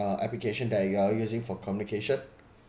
uh application that you are using for communication